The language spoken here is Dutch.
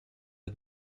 het